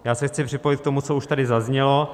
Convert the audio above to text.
Já se chci připojit k tomu, co už tady zaznělo.